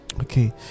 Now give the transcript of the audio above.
okay